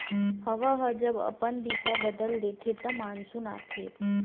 हवा ह जब अपन दिसा बदल देथे त मानसून आथे